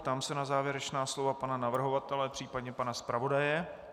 Ptám se na závěrečná slova pana navrhovatele, případně pana zpravodaje.